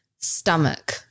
stomach